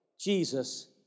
Jesus